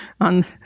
on